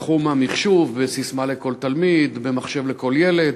בתחום המחשוב, ב"ססמה לכל תלמיד", במחשב לכל ילד,